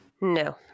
No